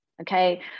okay